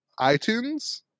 iTunes